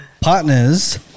partners